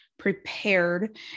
prepared